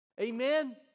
Amen